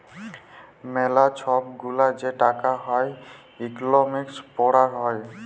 ম্যালা ছব গুলা যে টাকা হ্যয় ইকলমিক্সে পড়াল হ্যয়